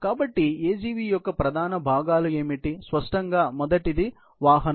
కాబట్టి AGV యొక్క ప్రధాన భాగాలు ఏమిటి స్పష్టంగా మొదటిది వాహనం